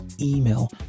email